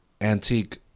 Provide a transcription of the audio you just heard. antique